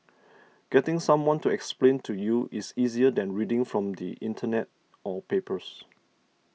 getting someone to explain to you is easier than reading from the Internet or papers